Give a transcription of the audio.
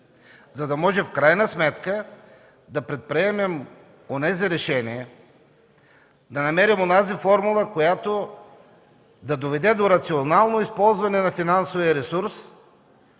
за да можем да предприемем онези решения, да намерим онази формула, която да доведе до рационално използване на финансовия ресурс,